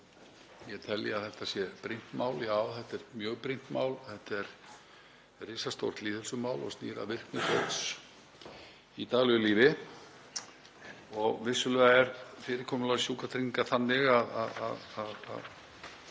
ég telji að þetta sé brýnt mál. Já, þetta er mjög brýnt mál. Þetta er risastórt lýðheilsumál og snýr að virkni fólks í daglegu lífi. Vissulega er fyrirkomulag sjúkratrygginga þannig að